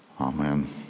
Amen